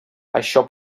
això